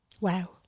Wow